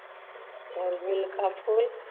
अड़हुल का फूल